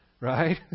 Right